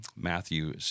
Matthew